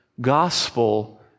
gospel